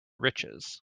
riches